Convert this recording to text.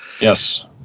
Yes